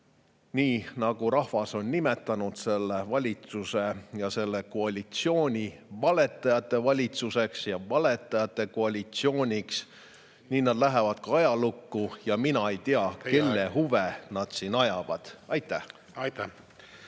Nii nagu rahvas on nimetanud selle valitsuse ja selle koalitsiooni valetajate valitsuseks ja valetajate koalitsiooniks, nii nad lähevad ka ajalukku. Mina ei tea, kelle huve nad siin ajavad. Aitäh!